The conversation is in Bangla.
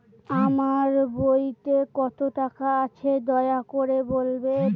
আমার বইতে কত টাকা আছে দয়া করে বলবেন?